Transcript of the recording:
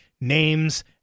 names